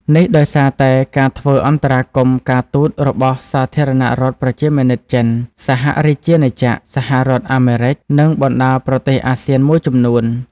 នេះដោយសារតែការធ្វើអន្តរាគមន៍ការទូតរបស់សាធារណរដ្ឋប្រជាមានិតចិន សហរាជាណាចក្រ សហរដ្ឋអាមេរិក និងបណ្តាប្រទេសអាស៊ានមួយចំនួន។